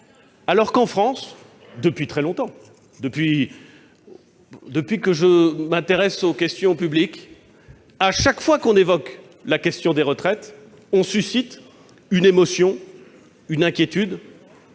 Or, en France, depuis très longtemps, depuis que je m'intéresse aux questions publiques, chaque fois que l'on évoque la question des retraites, on suscite une émotion, une inquiétude